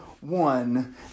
one